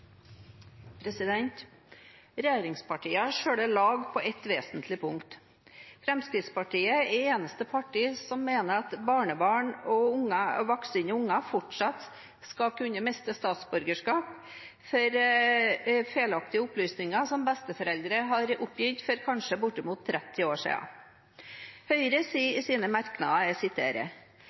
eneste partiet som mener at barnebarn og voksne barn fortsatt skal kunne miste statsborgerskap grunnet feilaktige opplysninger som besteforeldre har oppgitt for kanskje bortimot tretti år siden. Høyre sier i sine merknader: